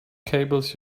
cables